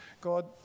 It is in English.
God